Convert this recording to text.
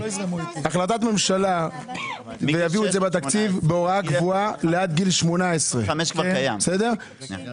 החלטת ממשלה ויביאו את זה בתקציב בהוראה קבועה לעד גיל 18. זה יגיע